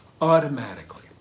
automatically